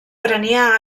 prenia